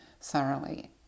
thoroughly